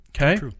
Okay